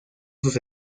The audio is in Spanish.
sus